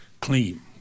clean